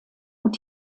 und